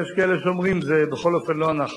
אז יש כאלה שאומרים: זה בכל אופן לא אנחנו,